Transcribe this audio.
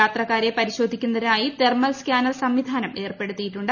യാത്രക്കാരെ പരിശോധിക്കാനായി thermal scanner സംവിധാനം ഏർപ്പെടുത്തിയിട്ടുണ്ട്